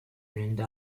önünde